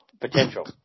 Potential